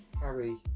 Harry